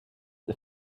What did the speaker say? the